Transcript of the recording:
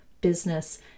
business